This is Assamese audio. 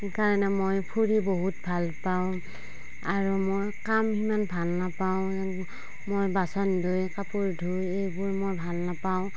সেই কাৰণে মই ফুৰি বহুত ভাল পাওঁ আৰু মই কাম সিমান ভাল নাপাওঁ মই বাচন ধুই কাপোৰ ধুই এইবোৰ মই ভাল নাপাওঁ